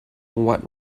what